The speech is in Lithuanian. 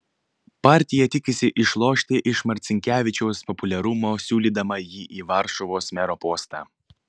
partija tikisi išlošti iš marcinkevičiaus populiarumo siūlydama jį į varšuvos mero postą